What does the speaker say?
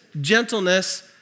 gentleness